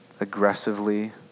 aggressively